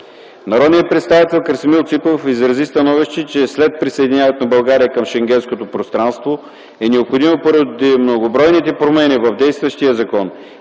Народният представител Красимир Ципов изрази становище, че след присъединяването на България към Шенгенското пространство е необходимо поради многобройните промени в действащия закон